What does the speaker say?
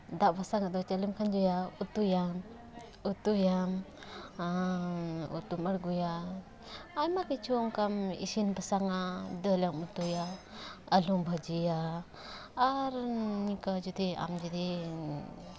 ᱫᱟᱜ ᱵᱟᱥᱟᱝ ᱠᱟᱛᱮᱜ ᱪᱟᱣᱞᱮᱢ ᱠᱷᱚᱡᱚᱭᱟ ᱩᱛᱩᱭᱟᱢ ᱩᱛᱩᱭᱟᱢ ᱩᱛᱩᱢ ᱟᱬᱜᱚᱭᱟ ᱟᱭᱢᱟ ᱠᱤᱪᱷᱩ ᱚᱱᱠᱟᱢ ᱤᱥᱤᱱ ᱵᱟᱥᱟᱝᱟ ᱫᱟᱹᱞ ᱮᱢ ᱩᱛᱩᱭᱟ ᱟᱹᱞᱩᱢ ᱵᱷᱟᱹᱡᱤᱭᱟ ᱟᱨ ᱱᱤᱝᱠᱟᱹ ᱡᱩᱫᱤ ᱟᱢ ᱡᱩᱫᱤ